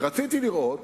רציתי לראות